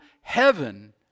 heaven